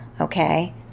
okay